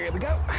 yeah we go.